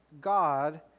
God